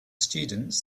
students